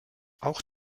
auch